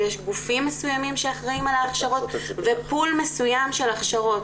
ויש גופים מסוימים שאחראים על ההכשרות ופול מסוים של הכשרות.